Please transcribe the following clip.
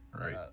Right